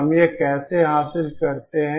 हम यह कैसे हासिल करते हैं